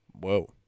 Whoa